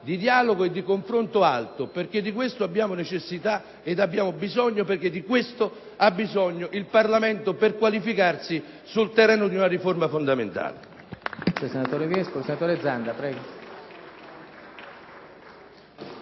di dialogo e di confronto alto, perche´ di questo abbiamo necessita` e bisogno, perche´ di questo ha bisogno il Parlamento per qualificarsi sul terreno di una riforma fondamentale.